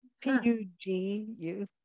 P-U-G-U